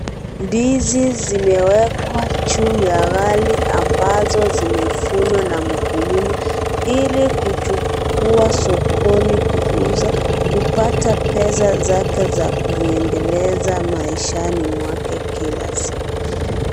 Ndizi zimewekwa juu ya gari ambazo zimevunwa na mkulima ili kuchukua sokoni kuuza kuoata pesa zake za kumwendeleza maishani mwake kila siku.